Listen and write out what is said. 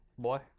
Boy